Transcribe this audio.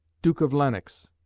duke of lennox,